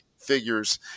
figures